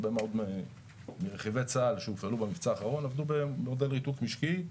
הרבה מאוד מרכיבי צה"ל שהופעלו במבצע האחרון עבדו בריתוק משקי.